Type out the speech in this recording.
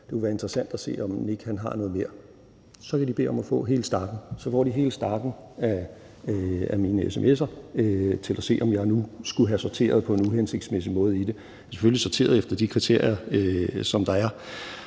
det kunne være interessant, om Nick har noget mere, og så kan de bede om at få hele stakken, og så får de hele stakken af mine sms'er til at se, om jeg nu skulle have sorteret i det på en uhensigtsmæssig måde. Det er selvfølgelig sorteret efter de kriterier, som der er.